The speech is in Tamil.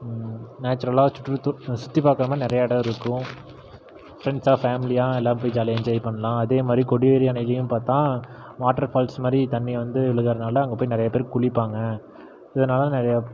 நேச்சுரலாக சுற்றுத்து அங்கே சுற்றி பார்க்குறமாரி நிறையா இடம் இருக்கும் ஃப்ரெண்ட்ஸாக ஃபேம்லியாக எல்லாரும் போய் ஜாலியாக என்ஜாய் பண்லாம் அதே மாரி கொடிவேரி அணையிலையும் பார்த்தா வாட்டரு ஃபால்ஸ் மாதிரி தண்ணி வந்து விழுகுறனால அங்கே போய் நிறையா பேர் குளிப்பாங்க இதனால் நிறைய